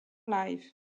life